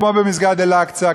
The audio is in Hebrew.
כמו במסגד אל-אקצא,